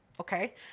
okay